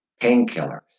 painkillers